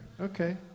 Okay